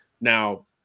Now